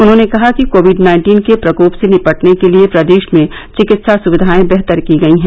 उन्होंने कहा कि कोविड नाइन्टीन के प्रकोप से निपटने के लिए प्रदेश में चिकित्सा सुविघाएं बेहतर की गयी हैं